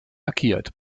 lackiert